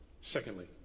Secondly